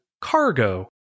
cargo